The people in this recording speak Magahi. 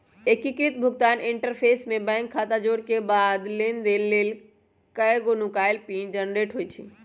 एकीकृत भुगतान इंटरफ़ेस में बैंक खता जोरेके बाद लेनदेन लेल एगो नुकाएल पिन जनरेट होइ छइ